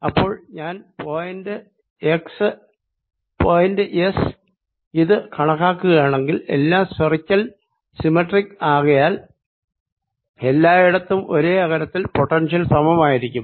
അപ്പോൾ ഞാൻ points ഇത് കണക്കാക്കുകയാണെങ്കിൽ എല്ലാം സ്ഫറിക്കൽ സിമെട്രിക് ആകയാൽ എല്ലായിടത്തും ഒരേ അകലത്തിൽ പൊട്ടൻഷ്യൽ സമമായിരിക്കും